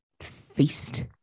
feast